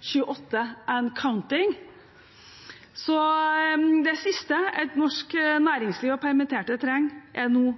28, «and counting». Så det siste et norsk næringsliv og permitterte trenger, er nå